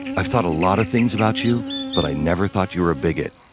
i've thought a lot of things about you but i never thought you were a bigot.